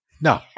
No